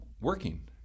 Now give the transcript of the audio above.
working